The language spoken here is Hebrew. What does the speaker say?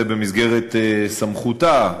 זה במסגרת סמכותה,